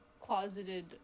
closeted